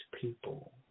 people